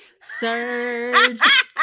surge